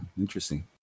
Interesting